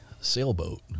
sailboat